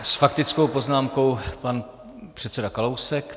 S faktickou poznámkou pan předseda Kalousek.